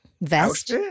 Vest